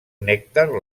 nèctar